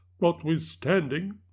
notwithstanding